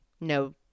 No